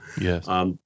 Yes